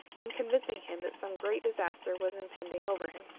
in convincing him that some great disaster was impending over him.